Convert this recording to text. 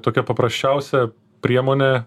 tokia paprasčiausia priemonė